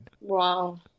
wow